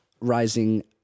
rising